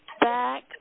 back